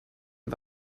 ein